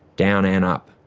down and up,